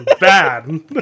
Bad